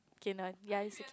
K now ya is